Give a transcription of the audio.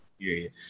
period